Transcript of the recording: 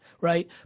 right